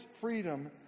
freedom